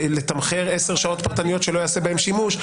לתמחר 10 שעות פרטניות שלא יעשה בהן שימוש?